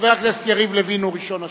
יריב לוין הוא ראשון השואלים.